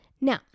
Now